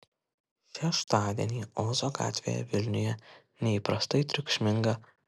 šeštadienį ozo gatvėje vilniuje neįprastai triukšminga